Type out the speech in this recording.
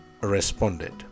responded